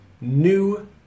new